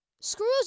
Screws